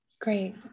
Great